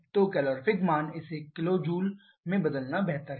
तो कैलोरीफिक मान इसे किलो जूल में बदलना बेहतर है